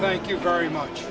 thank you very much